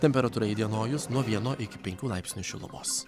temperatūra įdienojus nuo vieno iki penkių laipsnių šilumos